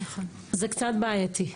זה קצת בעייתי.